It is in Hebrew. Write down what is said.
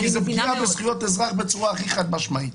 כי זו פגיעה בזכויות אזרח בצורה הכי חד-משמעית.